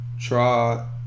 try